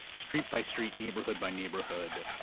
street by street, neighborhood by neighborhood,